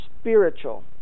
spiritual